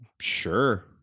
sure